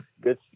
Good